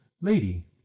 lady